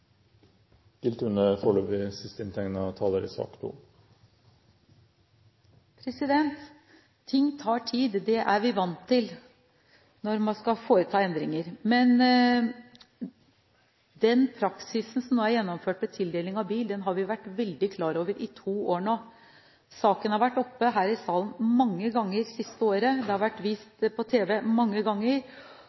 vi vant til når man skal foreta endringer. Men den praksisen som nå er gjennomført ved tildeling av bil, har vi vært veldig klar over i to år nå. Saken har vært oppe her i salen mange ganger det siste året. Det har vært vist på tv mange ganger,